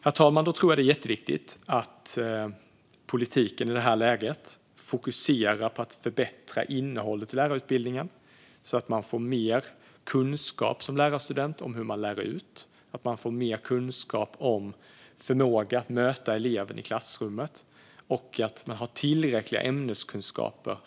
Det är jätteviktigt att politiken i det här läget fokuserar på att förbättra innehållet i lärarutbildningen så att man som lärarstudent får mer kunskap om hur man lär ut, bättre förmåga att möta eleven i klassrummet och att man har tillräckliga ämneskunskaper.